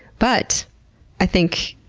but i think,